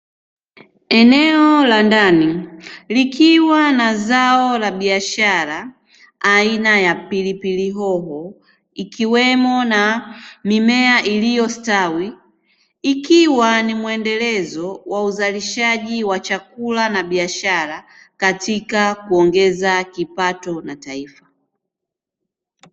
Eneo la ndani likiwa na zao la biashara, aina ya pilipili hoho ikiwemo na mimea iliyostawi, ikiwa ni mwendelezo wa uzalishaji wa chakula na biashara katika kuongeza pato la taifa.